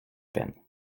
peine